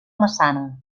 massana